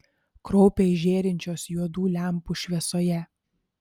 kraupiai žėrinčios juodų lempų šviesoje